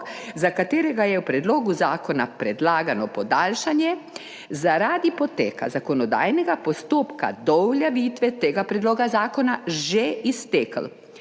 za katerega je v predlogu zakona predlagano podaljšanje, zaradi poteka zakonodajnega postopka do uveljavitve tega predloga zakona že iztekel,